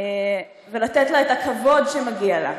ולתת לה את הכבוד שמגיע לה.